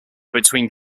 between